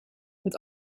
het